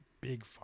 Big